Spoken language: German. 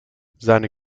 seine